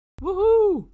Woohoo